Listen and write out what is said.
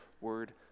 word